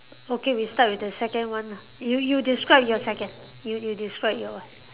okay we start with the second one ah you you describe your second you you describe your one